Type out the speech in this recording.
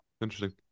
Interesting